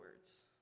words